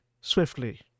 swiftly